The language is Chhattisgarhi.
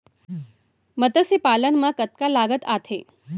मतस्य पालन मा कतका लागत आथे?